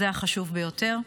זה החשוב ביותר.